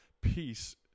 Peace